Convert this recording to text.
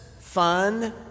fun